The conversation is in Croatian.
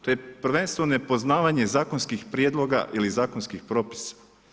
To je prvenstveno nepoznavanje zakonskih prijedloga ili zakonskih propisa.